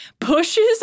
pushes